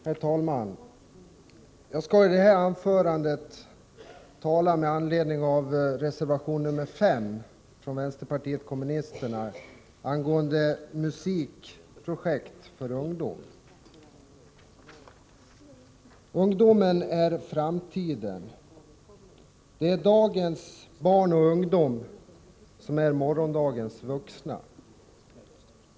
Herr talman! Jag skall i detta anförande tala med anledning av reservation 5 från vänsterpartiet kommunisterna angående musikprojekt för ungdom. Ungdomen är framtiden. Det är dagens barn och ungdom som är morgondagens vuxna.